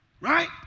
Right